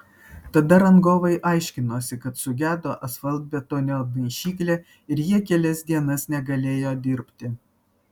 tada rangovai aiškinosi kad sugedo asfaltbetonio maišyklė ir jie kelias dienas negalėjo dirbti